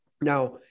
Now